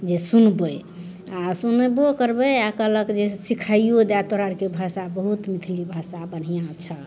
जे सुनबै आ सुनबो करबै आ कहलक जे सिखाइयो दए तोरा आरके भाषा बहुत मैथिली भाषा बढ़िऑं छऽ